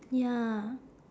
ya